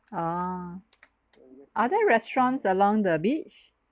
ah are there restaurants along the beach